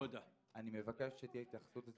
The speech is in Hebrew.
אני מבקש שתהיה התייחסות לזה.